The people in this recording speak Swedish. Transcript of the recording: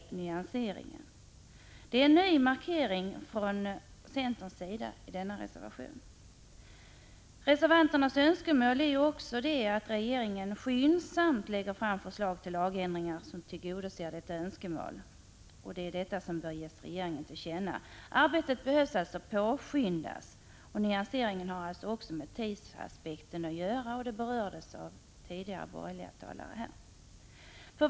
Det är en nyansering, och det är en ny markering från centerns sida i denna reservation. Reservanternas önskemål är också att regeringen skyndsamt lägger fram förslag till lagändringar som tillgodoser detta önskemål, och det bör ges regeringen till känna. Arbetet bör alltså påskyndas. Nyanseringen har också med tidsaspekten att göra, som berördes av tidigare borgerliga talare.